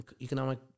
economic